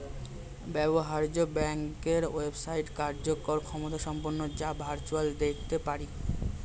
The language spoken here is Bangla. ব্যবহার্য ব্যাংকের ওয়েবসাইট কার্যকর ক্ষমতাসম্পন্ন যা ভার্চুয়ালি দেখতে পারি